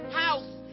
house